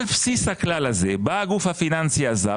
על בסיס הכלל הזה בא הגוף הפיננסי הזר